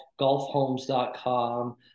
GolfHomes.com